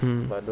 mm